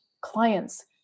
clients